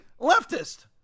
leftist